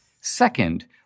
Second